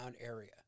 area